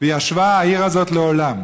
"וישבה העיר הזאת לעולם",